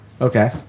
Okay